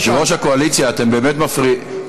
יושב-ראש הקואליציה, אתם באמת מפריעים.